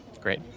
Great